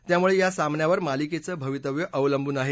त्यामुळे या सामन्यावर मालिकेचं भवितव्य अवलंबून आहे